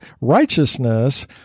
righteousness